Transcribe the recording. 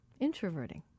introverting